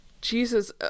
Jesus